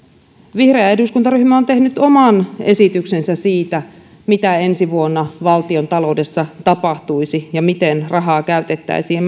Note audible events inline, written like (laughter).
vihreä eduskuntaryhmä on tehnyt oman esityksensä siitä mitä ensi vuonna valtiontaloudessa tapahtuisi ja miten rahaa käytettäisiin (unintelligible)